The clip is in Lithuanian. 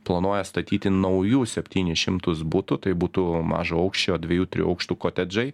planuoja statyti naujų septynis šimtus butų tai būtų mažaaukščio dviejų trijų aukštų kotedžai